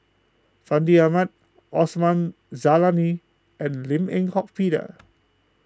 Fandi Ahmad Osman Zailani and Lim Eng Hock Peter